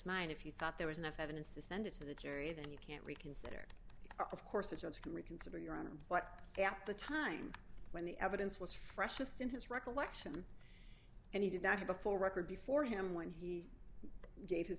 mind if he thought there was enough evidence to send it to the jury then you can't reconsider of course a judge can reconsider your honor but at the time when the evidence was freshest in his recollection and he did not have a full record before him when he gave his